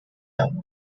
town